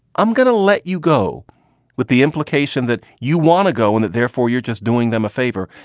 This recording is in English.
i'm going to let you go with the implication that you want to go and that therefore you're just doing them a favor.